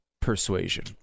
persuasion